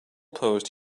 post